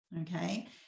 Okay